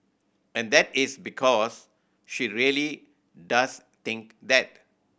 and that is because she really does think that